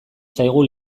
zaigu